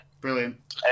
Brilliant